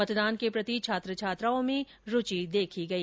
मतदान के प्रति छात्र छात्राओं में रुचि देखी गई